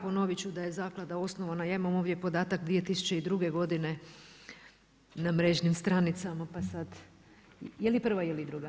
Ponovit ću da je zaklada osnovana, ja imam ovdje podatak 2002. godine na mrežnim stranicama, pa sad jeli prva ili druga?